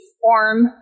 form